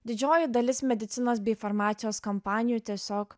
didžioji dalis medicinos bei farmacijos kompanijų tiesiog